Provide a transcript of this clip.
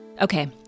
Okay